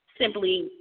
simply